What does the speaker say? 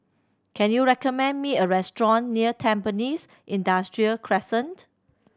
can you recommend me a restaurant near Tampines Industrial Crescent